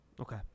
Okay